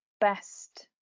best